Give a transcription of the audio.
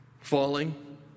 falling